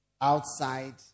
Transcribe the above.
outside